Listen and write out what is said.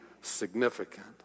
significant